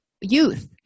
youth